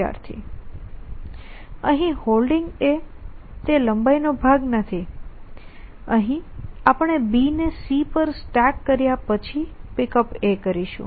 વિદ્યાર્થી અહીં Holding તે લંબાઈનો ભાગ નથી અહીં આપણે B ને C પર સ્ટેક કર્યા પછી Pickup કરીશું